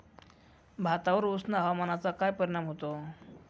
भातावर उष्ण हवामानाचा काय परिणाम होतो?